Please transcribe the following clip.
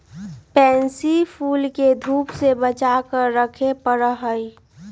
pansy फूल के धूप से बचा कर रखे पड़ा हई